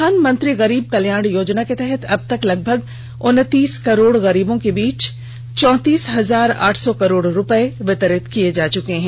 प्रधानमंत्री गरीब कल्याण योजना के तहत अब तक लगभग उनतीस करोड़ गरीबों के बीच चौंतीस हजार आठ सौ करोड़ रूपये वितरित किये जा चुके हैं